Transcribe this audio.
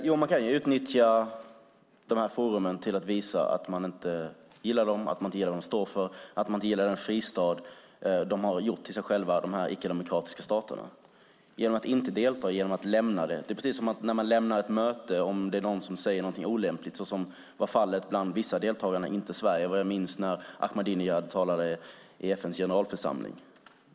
Fru talman! Man kan utnyttja de här forumen till att visa att man inte gillar dem, att man inte gillar det de står för, att man inte gillar den fristad de icke-demokratiska staterna har gjort dem till sig själva genom att lämna den, genom att inte delta. Det är precis som när man lämnar ett möte om någon säger något olämpligt, såsom var fallet bland vissa deltagare, inte Sverige vad jag minns, där Ahmadinejad talade i FN:s generalförsamling.